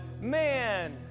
man